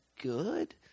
good